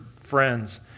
friends